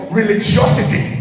religiosity